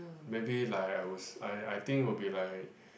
maybe like I was I I think will be like